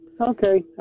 okay